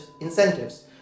incentives